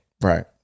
Right